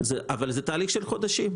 אבל זה תהליך של חודשים.